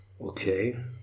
Okay